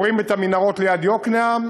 כורים את המנהרות ליד יקנעם,